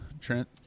Trent